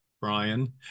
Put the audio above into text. Brian